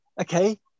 Okay